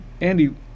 Andy